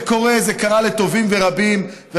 זה קורה, זה קרה לטובים ורבים.